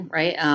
right